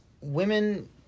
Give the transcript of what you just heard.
women